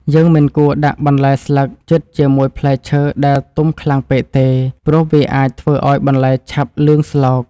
យើងមិនគួរដាក់បន្លែស្លឹកជិតជាមួយផ្លែឈើដែលទុំខ្លាំងពេកទេ ព្រោះវាអាចធ្វើឱ្យបន្លែឆាប់លឿងស្លោក។